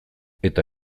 eta